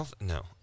No